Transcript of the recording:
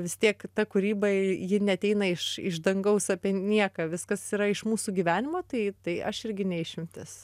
vis tiek ta kūryba ji neateina iš iš dangaus apie nieką viskas yra iš mūsų gyvenimo tai tai aš irgi ne išimtis